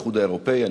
האיחוד האירופי.